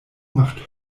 macht